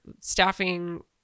staffing